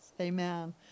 amen